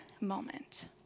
moment